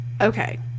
Okay